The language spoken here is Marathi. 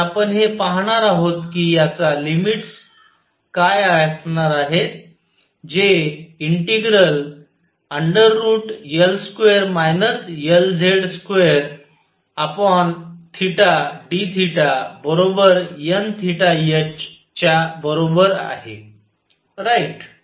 आणि आपण हे पाहणार आहोत कि याचा लिमिट्स काय असणार आहेत जे ∫L2 Lz2 dθnhच्या बरोबर आहे राईट